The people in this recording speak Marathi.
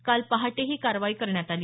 काल पहाटे ही कारवाई करण्यात आली